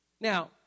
Now